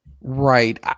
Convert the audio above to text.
Right